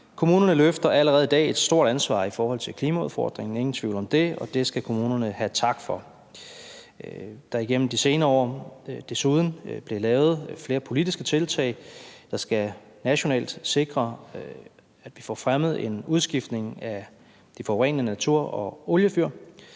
Kommunerne løfter allerede i dag et stort ansvar i forhold til klimaudfordringen, ingen tvivl om det, og det skal kommunerne have tak for. Der er desuden igennem de senere år blevet lavet flere politiske tiltag, der nationalt skal sikre, at vi får fremmet en udskiftning af de forurenende naturgas- og oliefyr.